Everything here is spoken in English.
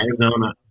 Arizona